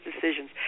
decisions